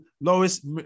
Lois